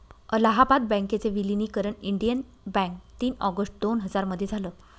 अलाहाबाद बँकेच विलनीकरण Indian bank तीन ऑगस्ट दोन हजार मध्ये झालं